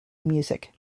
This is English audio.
music